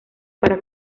para